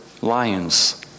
lions